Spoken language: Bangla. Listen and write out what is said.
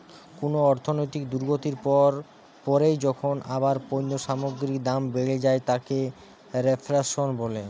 কুনো অর্থনৈতিক দুর্গতির পর পরই যখন আবার পণ্য সামগ্রীর দাম বেড়ে যায় তাকে রেফ্ল্যাশন বলে